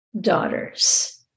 daughters